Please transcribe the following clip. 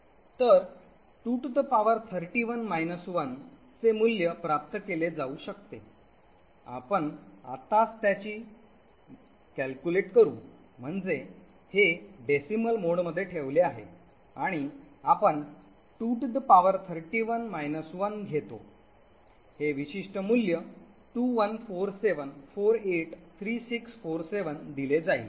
तर 231 1 चे मूल्य प्राप्त केले जाऊ शकते आपण आत्ताच त्याची गणना करू म्हणजे हे दशांश मोड मध्ये ठेवले आहे आणि आपण 231 1 घेतो हे विशिष्ट मूल्य 2147483647 दिले जाईल